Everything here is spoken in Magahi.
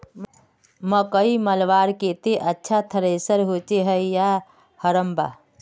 मकई मलवार केते अच्छा थरेसर होचे या हरम्बा?